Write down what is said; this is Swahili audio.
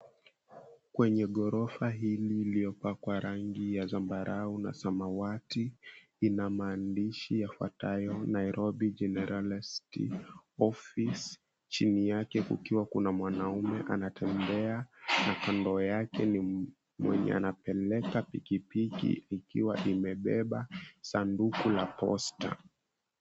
Kwenye ghorofa hili iliyopakwa rangi ya zambarau na samawati, inamaandishi yafuatayo Nairobi gender awareness office chini yake kukiwa na mwanaume anatembea na kando yake ni mwenye anapeleka pikipiki likiwa limebeba sanduku la posta.